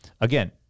again